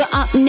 up